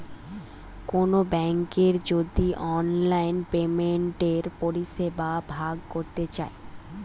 কোনো বেংকের যদি অনলাইন পেমেন্টের পরিষেবা ভোগ করতে চাই